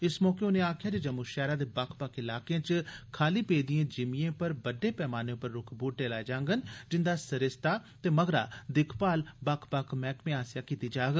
इस मौके उनें आक्खेया जे जम्मू शैहरा दे बक्ख बक्ख इलाकें च खाली पेदियें जिमीयें पर बड्डे पैमाने पर रुख ब्हूटे लाए जागंन जिन्दा सरिस्ता ते मगरा दिक्खभाल बक्ख बक्ख मैहकमे आसेया कीती जाग